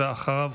ואחריו,